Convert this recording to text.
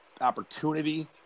opportunity